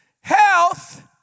health